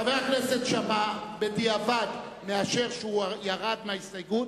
חבר הכנסת שאמה בדיעבד מאשר שירד מההסתייגות,